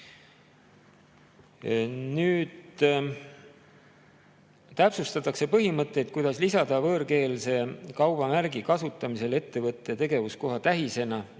Nüüd, täpsustatakse põhimõtteid, kuidas lisada võõrkeelse kaubamärgi kasutamisel ettevõtte tegevuskoha tähisena